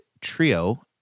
trio